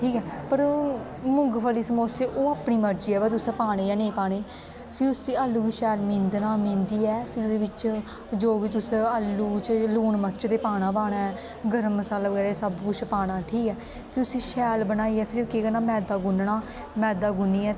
ठीक ऐ पर ओह् मुंगफली समोसे ओह् अपनी मर्जी ऐ भाई तुसें पानी ऐ जां नेईं पानी फ्ही उस्सी आलू गै शैल मींधना मिंधियै फिर ओह्दे बिच्च जो बी तुसें आलू च लून मर्च ते पाना पाना ऐ गरम मसाला एह् सब्भ कुछ पाना ठीक ऐ फिर उस्सी शैल बनाइयै केह् करना मैदा गुन्नना मैदा गुन्नियै